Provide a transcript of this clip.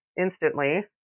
instantly